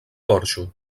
porxo